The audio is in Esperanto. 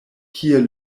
kie